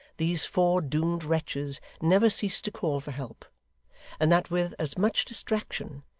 these four doomed wretches never ceased to call for help and that with as much distraction,